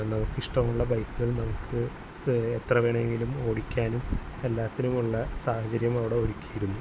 നമുക്കിഷ്ടമുള്ള ബൈക്കുകൾ നമുക്ക് എത്രവേണേലും ഓടിക്കാനും എല്ലാത്തിനുമുള്ള സാഹചര്യം അവിടെ ഒരുക്കിയിരുന്നു